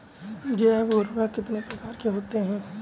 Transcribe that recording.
जैव उर्वरक कितनी प्रकार के होते हैं?